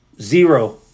Zero